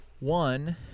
One